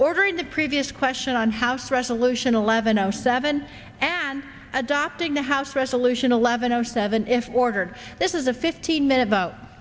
ordering the previous question on house resolution eleven o seven and adopting the house resolution eleven o seven in order this is a fifteen minute